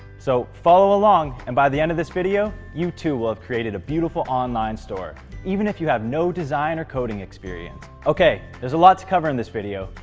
so follow along and by the end of this video, you too will have created a beautiful online t-shirt store even if you have no design or coding experience. okay, there's a lot to cover in this video,